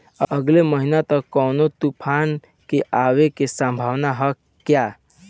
अगले महीना तक कौनो तूफान के आवे के संभावाना है क्या?